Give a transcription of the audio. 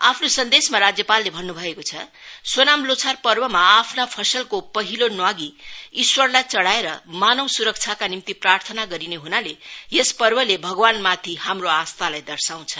आफ्नो सन्देशमा राज्यपालले भन्नु भएको छ सोनाम लोछार पर्वमा आफ्ना फसलको पहिलो न्वागी ईश्वरलाई चढाएर मानव सुरक्षाका निम्ति प्रार्थना गरिने हुनाले यस पर्वले भगवानमथि हाम्रो आस्थालाई दर्शाउँछ